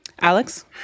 Alex